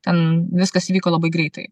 ten viskas įvyko labai greitai